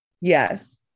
Yes